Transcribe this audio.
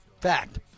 Fact